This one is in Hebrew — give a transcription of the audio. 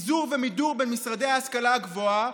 פיזור ומידור במשרדי ההשכלה הגבוהה,